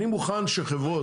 אני מוכן שחברות,